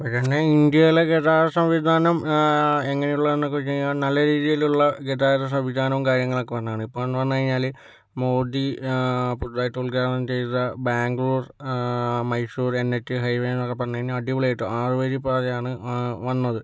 ഇപ്പോഴെന്നാൽ ഇന്ത്യയിലെ ഗതാഗത സംവിധാനം എങ്ങനെയുള്ളതാണെന്നൊക്കെ ചോദിച്ച് കഴിഞ്ഞാൽ നല്ല രീതിയിലുള്ള ഗതാഗത സംവിധാനം കാര്യങ്ങളൊക്കെ വന്നതാണ് ഇപ്പോഴെന്ന് പറഞ്ഞ് കഴിഞ്ഞാൽ മോദി പുതുതായിട്ട് ഉദ്ഘാടനം ചെയ്ത ബാംഗ്ലൂർ മൈസൂർ എൻ എച്ച് ഹൈവെയെന്നൊക്കെ പറഞ്ഞ് കഴിഞ്ഞാൽ അടിപൊളിയായിട്ട് ആറ് വരി പാതയാണ് വന്നത്